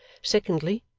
secondly,